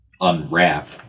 unwrap